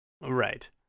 right